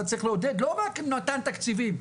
אתה צריך לעודד לא רק מתן תקציבים,